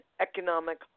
economic